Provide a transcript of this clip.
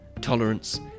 tolerance